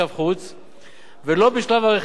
ולא בשלב הרכישה וביצוע ההשקעה.